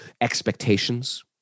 expectations